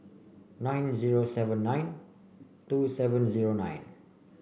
nine zero seven nine two seven zero nine